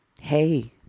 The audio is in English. Hey